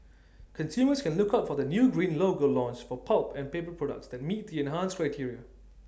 consumers can look out for the new green logo launched for pulp and paper products that meet the enhanced criteria